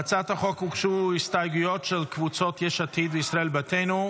להצעת החוק הוגשו הסתייגויות של קבוצות יש עתיד וישראל ביתנו.